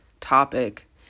topic